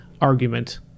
Argument